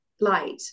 light